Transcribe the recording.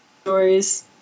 Stories